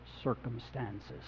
circumstances